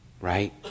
right